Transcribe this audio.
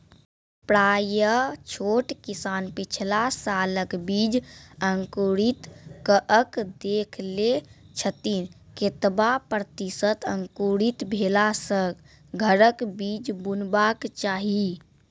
प्रायः छोट किसान पिछला सालक बीज अंकुरित कअक देख लै छथिन, केतबा प्रतिसत अंकुरित भेला सऽ घरक बीज बुनबाक चाही?